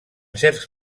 certs